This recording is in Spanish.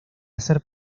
ser